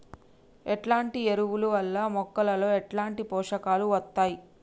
ఎట్లాంటి ఎరువుల వల్ల మొక్కలలో ఎట్లాంటి పోషకాలు వత్తయ్?